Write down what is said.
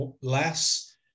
less